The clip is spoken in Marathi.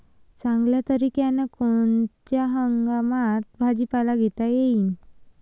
चांगल्या तरीक्यानं कोनच्या हंगामात भाजीपाला घेता येईन?